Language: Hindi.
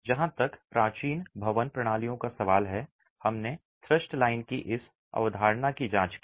जहां तक प्राचीन भवन प्रणालियों का सवाल है हमने थ्रस्ट लाइन की इस अवधारणा की जांच की